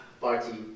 party